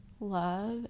love